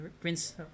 Prince